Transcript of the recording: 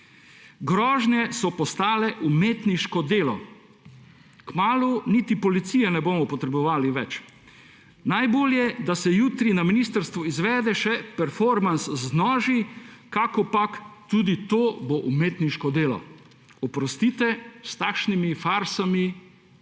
Grožnje so postale umetniško delo. Kmalu niti policije ne bomo potrebovali več. Najbolje, da se jutri na ministrstvu izvede še performans z noži, kakopak, tudi to bo umetniško delo. Oprostite, s takšnimi farsami